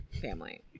family